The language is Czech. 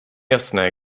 jasné